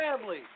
family